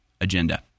agenda